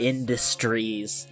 Industries